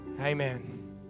Amen